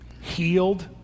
healed